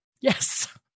Yes